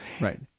Right